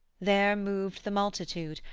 there moved the multitude,